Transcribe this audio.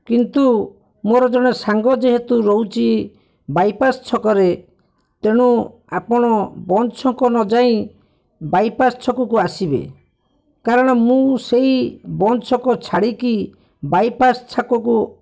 କିନ୍ତୁ ମୋର ଜଣେ ସାଙ୍ଗ ଯେହେତୁ ରହୁଛି ବାଇପାସ୍ ଛକରେ ତେଣୁ ଆପଣ ବଞ୍ଚ ଛକ ନଯାଇ ବାଇପାସ୍ ଛକକୁ ଆସିବେ କାରଣ ମୁଁ ସେଇ ବଞ୍ଚ ଛକ ଛାଡ଼ିକି ବାଇପାସ୍ ଛକକୁ